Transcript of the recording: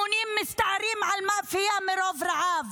המונים מסתערים על מאפייה מרוב רעב,